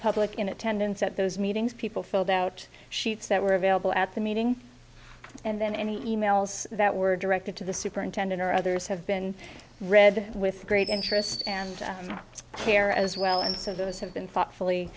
public in a ten and set those meetings people filled out sheets that were available at the meeting and then any e mails that were directed to the superintendent or others have been read with great interest and care as well and so those have been thoughtfully